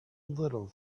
little